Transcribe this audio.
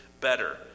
better